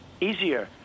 easier